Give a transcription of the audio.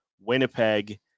Winnipeg